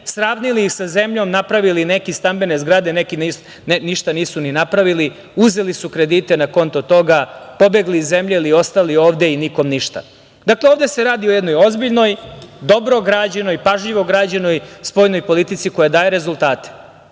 sravnili ih sa zemljom, napravili neki stambene zgrade, neki ništa nisu ni napravili, uzeli su kredite na konto toga, pobegli iz zemlje ili ostali ovde i nikom ništa. Dakle, ovde se radi o jednoj ozbiljnoj, dobro građenoj, pažljivo građenoj spoljnoj politici koja daje rezultate.